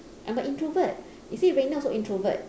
I'm an introvert you see rena also introvert